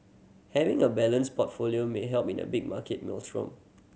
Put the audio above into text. having a balanced portfolio may help in a big market maelstrom